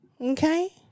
Okay